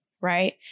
Right